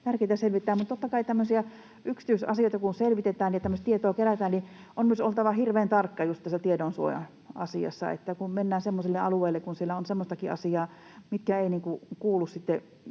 tärkeätä selvittää, mutta totta kai, tämmöisiä yksityisasioita kun selvitetään ja tämmöistä tietoa kerätään, on myös oltava hirveän tarkka just tässä tietosuoja-asiassa. Kun mennään semmoisille alueille, kun siellä on semmoistakin asiaa, minkä ei kuulu